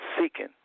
seeking